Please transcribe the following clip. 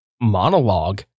monologue